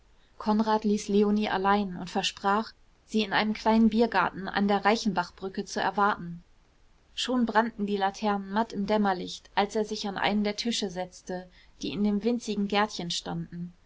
konrad ließ leonie allein und versprach sie in einem kleinen biergarten an der reichenbachbrücke zu erwarten schon brannten die laternen matt im dämmerlicht als er sich an einen der tische setzte die in dem winzigen gärtchen standen